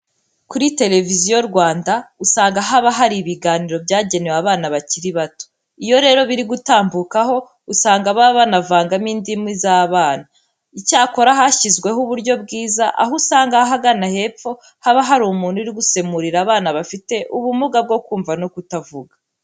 Kuri Televiziyo Rwanda usanga haba hari ibiganiro byagenewe abana bakiri bato. Iyo rero biri gutambukaho usanga baba banavangamo indirimbo z'abana. Icyakora hashyizweho uburyo bwiza, aho usanga ahagana hepfo haba hari umuntu uri gusemurira abana bafite ubumuga bwo kumva no kutavuga.